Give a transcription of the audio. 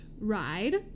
ride